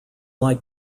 like